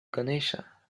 ganesha